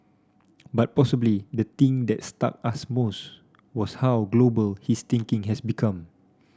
but possibly the thing that struck us most was how global his thinking has become